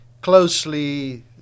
closely